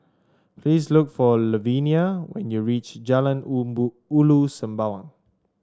please look for Lavenia when you reach Jalan Ulu Sembawang